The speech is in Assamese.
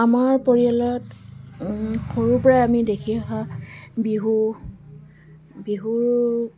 আমাৰ পৰিয়ালত সৰুৰপৰাই আমি দেখি অহা বিহু বিহুৰ